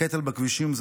הקטל בכבישים,